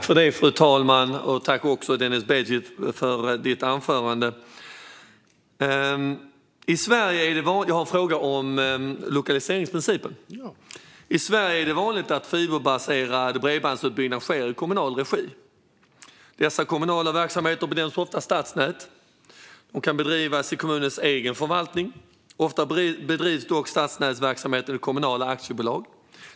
Fru talman! Jag tackar Denis Begic för hans anförande. Jag har en fråga om lokaliseringsprincipen. I Sverige är det vanligt att fiberbaserad bredbandsutbyggnad sker i kommunal regi. Dessa kommunala verksamheter benämns ofta stadsnät och kan bedrivas i kommunens egen förvaltning. Ofta bedrivs dock stadsnätsverksamheten i kommunala aktiebolag.